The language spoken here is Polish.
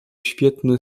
świetne